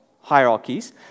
hierarchies